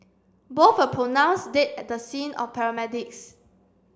both were pronounced dead at the scene of paramedics